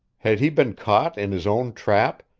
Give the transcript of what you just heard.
had he been caught in his own trap,